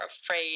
afraid